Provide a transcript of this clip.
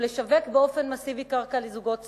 ולשווק באופן מסיבי קרקע לזוגות צעירים,